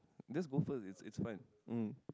just got first it's it's fine mm